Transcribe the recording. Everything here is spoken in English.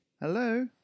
Hello